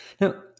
Now